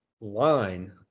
line